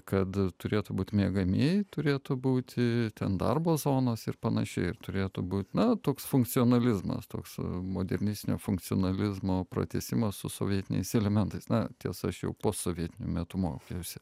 kad turėtų būti miegamieji turėtų būti ten darbo zonos ir panašiai turėtų būt na toks funkcionalizmas toks modernistinio funkcionalizmo pratęsimas su sovietiniais elementais na tiesa aš jau posovietiniu metu mokiausi